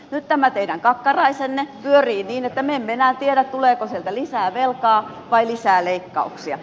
nyt tämä teidän kakkaraisenne pyörii niin että me emme enää tiedä tuleeko sieltä lisää velkaa vai lisää leikkauksia